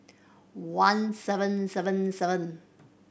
one seven seven seven